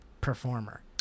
performer